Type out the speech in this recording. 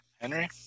henry